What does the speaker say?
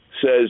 says